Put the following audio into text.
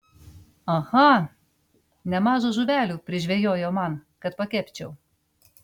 aha nemaža žuvelių prižvejojo man kad pakepčiau